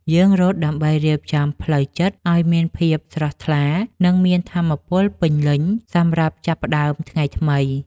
យើងរត់ដើម្បីរៀបចំផ្លូវចិត្តឱ្យមានភាពស្រស់ថ្លា និងមានថាមពលពេញលេញសម្រាប់ចាប់ផ្ដើមថ្ងៃថ្មី។